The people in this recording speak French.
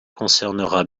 concernera